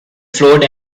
float